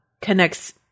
connects